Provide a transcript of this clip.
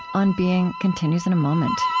on being continues in a moment